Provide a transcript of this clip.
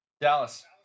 Dallas